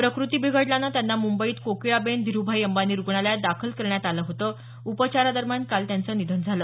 प्रकृती बिघडल्यानं त्यांना मुंबईत कोकिळाबेन धिरूभाई अंबानी रुग्णालयात दाखल करण्यात आलं होतं उपचारादरम्यान त्यांचं काल निधन झालं